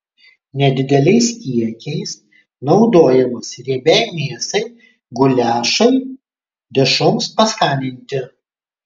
nedideliais kiekiais naudojamas riebiai mėsai guliašui dešroms paskaninti